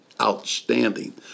outstanding